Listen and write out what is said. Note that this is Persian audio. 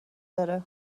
داره